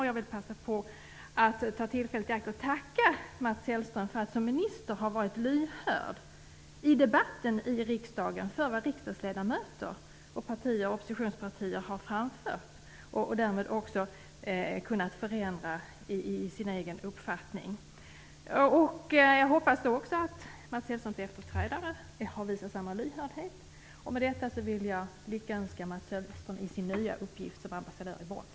Jag vill passa på att tacka Mats Hellström för att han som minister har varit lyhörd för vad riksdagsledamöter och oppositionspartier har framfört i debatten i riksdagen. Han har därmed också kunnat förändra sin egen uppfattning. Jag hoppas att Mats Hellströms efterträdare visar samma lyhördhet. Med detta vill jag önska Mats Hellström lycka till i hans nya uppdrag som ambassadör i Bonn.